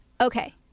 Okay